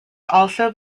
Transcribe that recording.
also